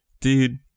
dude